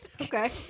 Okay